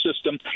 system